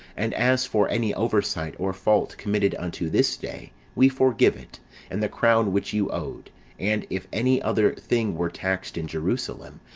and as for any oversight or fault committed unto this day, we forgive it and the crown which you owed and if any other thing were taxed in jerusalem,